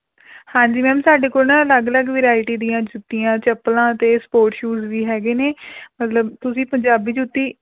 ਹਾਂਜੀ ਮੈਮ ਸਾਡੇ ਕੋਲ ਨਾ ਅਲੱਗ ਅਲੱਗ ਵੈਰਾਇਟੀ ਦੀਆਂ ਜੁੱਤੀਆਂ ਚੱਪਲਾਂ ਅਤੇ ਸਪੋਰਟਸ ਸ਼ੂਜ਼ ਵੀ ਹੈਗੇ ਨੇ ਮਤਲਬ ਤੁਸੀਂ ਪੰਜਾਬੀ ਜੁੱਤੀ